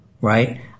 right